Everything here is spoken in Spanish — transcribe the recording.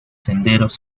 senderos